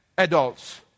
adults